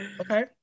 okay